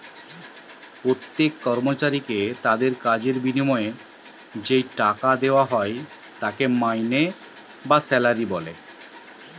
প্রত্যেক কর্মচারীকে তাদির কাজের বিনিময়ে যেই টাকা লেওয়া হয় তাকে মাইনে বা স্যালারি বলতিছে